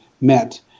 met